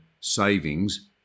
savings